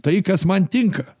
tai kas man tinka